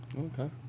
Okay